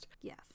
Yes